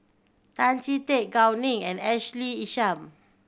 Tan Chee Teck Gao Ning and Ashley Isham